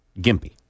Gimpy